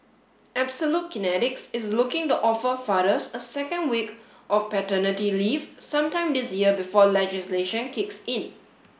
absolute Kinetics is looking to offer fathers a second week of paternity leave sometime this year before legislation kicks in